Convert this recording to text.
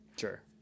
Sure